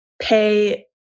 pay